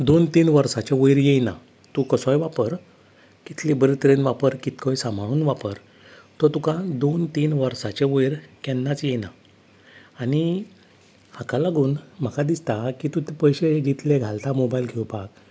दोन तीन वर्साच्या वयर येना तूं कसोय वापर कितलें बरें तरेन वापर खंय सांबाळून वापर तो तुका दोन तीन वर्साच्या वयर केन्नाच येना आनी हाका लागून म्हाका दिसता की तूं तें पयशें जितलें घालता मोबायल घेवपाक